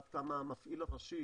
עד כמה המפעיל הראשי,